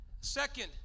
Second